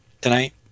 Tonight